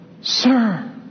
Sir